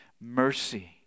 mercy